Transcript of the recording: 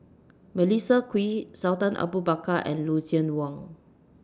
Melissa Kwee Sultan Abu Bakar and Lucien Wang